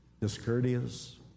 Discourteous